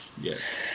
Yes